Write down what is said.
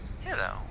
Hello